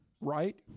right